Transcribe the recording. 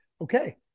okay